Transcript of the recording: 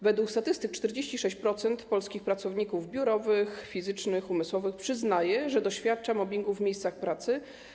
Według statystyk 46% polskich pracowników biurowych, fizycznych i umysłowych przyznaje, że doświadcza mobbingu w miejscach pracy.